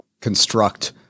construct